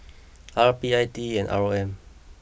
R P I T E and R O M